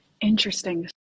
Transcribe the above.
interesting